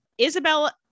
Isabella